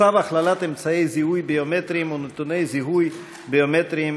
צו הכללת אמצעי זיהוי ביומטריים ונתוני זיהוי ביומטריים